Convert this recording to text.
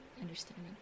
understanding